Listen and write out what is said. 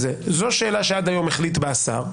זאת שאלה שעד היום החליט בה השר,